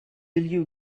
you